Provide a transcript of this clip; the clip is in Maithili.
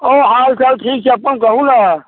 आओर हाल चाल ठीक छै अपन कहू ने